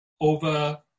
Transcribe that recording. over